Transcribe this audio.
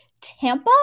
Tampa